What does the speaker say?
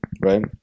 right